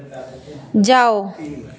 जाओ